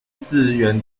字元